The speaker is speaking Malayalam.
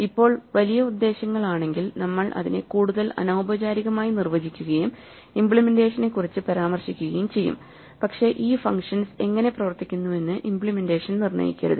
ഇപ്പോൾ വലിയ ഉദ്ദേശ്യങ്ങൾ ആണെങ്കിൽ നമ്മൾ അതിനെ കൂടുതൽ അനൌപചാരികമായി നിർവ്വചിക്കുകയും ഇമ്പ്ലിമെന്റേഷനെക്കുറിച്ച് പരാമർശിക്കുകയും ചെയ്യും പക്ഷേ ഈ ഫങ്ഷൻസ് എങ്ങനെ പ്രവർത്തിക്കുന്നുവെന്ന് ഇമ്പ്ലിമെന്റേഷൻ നിർണ്ണയിക്കരുത്